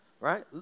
Right